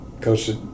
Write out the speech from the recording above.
coached